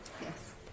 Yes